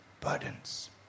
burdens